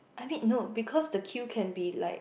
I mean no because the queue can be like